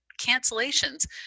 cancellations